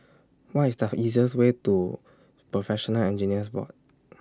What IS The easiest Way to Professional Engineers Board